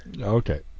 Okay